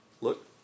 Look